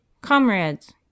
Comrades